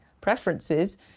preferences